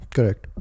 Correct